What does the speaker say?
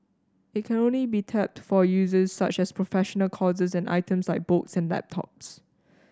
it can only be tapped for uses such as professional courses and items like books and laptops